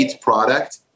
product